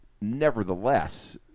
nevertheless